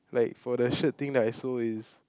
like for the shirt thing that I sold is